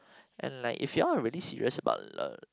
and like if you all are really serious about lov~